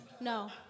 No